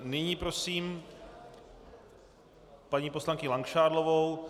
Nyní prosím paní poslankyni Langšádlovou.